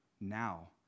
now